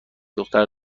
دختر